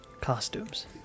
Costumes